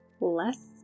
less